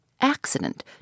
accident